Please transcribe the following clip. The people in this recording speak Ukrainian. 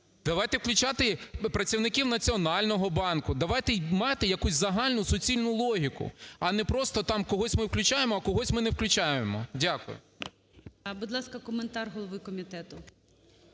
давайте включати працівників Національного банку. Давайте мати якусь загальну суцільну логіку, а не просто там когось ми включаємо, а когось ми не включаємо. Дякую.